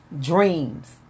Dreams